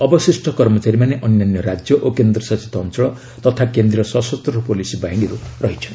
ଅବଶିଷ୍ଟ କର୍ମଚାରୀମାନେ ଅନ୍ୟାନ୍ୟ ରାଜ୍ୟ ଓ କେନ୍ଦ୍ର ଶାସିତ ଅଞ୍ଚଳ ତଥା କେନ୍ଦ୍ରୀୟ ସଶସ୍ତ୍ର ପୁଲିସ୍ ବାହିନୀରୁ ରହିଛନ୍ତି